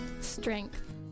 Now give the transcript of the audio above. Strength